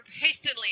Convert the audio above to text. hastily